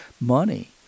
money